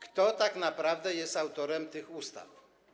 Kto tak naprawdę jest autorem tych ustaw?